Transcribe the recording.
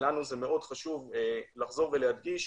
לנו מאוד חשוב לחזור ולהדגיש,